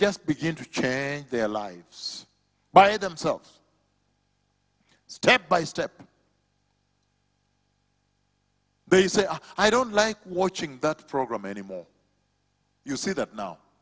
just begin to change their lives by themselves step by step they say i don't like watching that program anymore you see that now